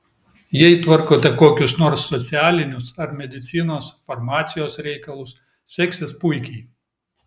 jei tvarkote kokius nors socialinius ar medicinos farmacijos reikalus seksis puikiai